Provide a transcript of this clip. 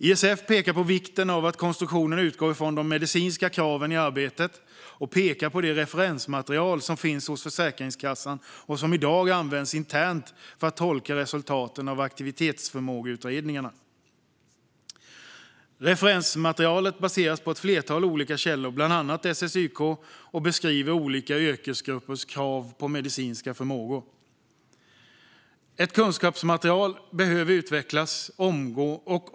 ISF framhåller vikten av att konstruktionen utgår från de medicinska kraven i arbetet och pekar på det referensmaterial som finns hos Försäkringskassan och som i dag används internt för att tolka resultaten av aktivitetsförmågeutredningarna. Referensmaterialet baseras på ett flertal olika källor, bland annat SSYK, och beskriver olika yrkesgruppers krav på medicinska förmågor. Ett kunskapsmaterial behöver utvecklas.